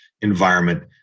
environment